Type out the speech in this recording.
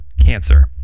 cancer